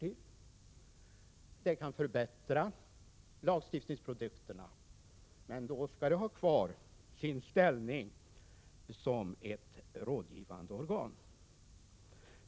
Lagrådet kan förbättra lagstiftningsprodukterna, men då skall det ha kvar sin ställning som rådgivande organ.